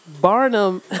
Barnum